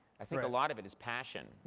i think a lot of it is passion,